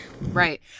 Right